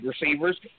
receivers